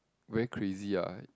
very crazy ah